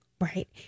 Right